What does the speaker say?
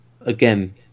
again